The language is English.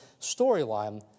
storyline